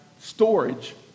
storage